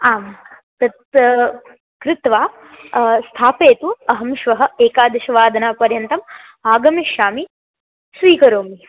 आं तत् कृत्वा स्थापयतु अहं श्वः एकादशवादनपर्यन्तम् आगमिष्यामि स्वीकरोमि